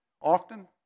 Often